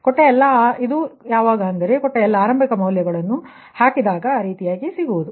ಕೊಟ್ಟ ಎಲ್ಲಾ ಆರಂಭಿಕ ಮೌಲ್ಯಗಳನ್ನು ಹಾಕಿದಾಗ ಸಿಗುವುದು